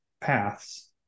paths